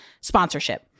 sponsorship